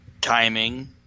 timing